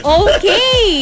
okay